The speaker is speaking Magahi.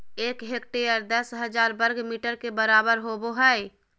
एक हेक्टेयर दस हजार वर्ग मीटर के बराबर होबो हइ